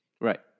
Right